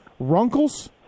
Runkles